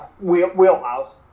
wheelhouse